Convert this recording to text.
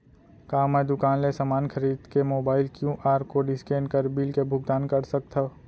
का मैं दुकान ले समान खरीद के मोबाइल क्यू.आर कोड स्कैन कर बिल के भुगतान कर सकथव?